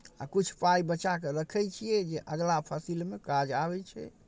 आ किछु पाइ बचा कऽ रखै छियै जे अगिला फसिलमे काज आबै छै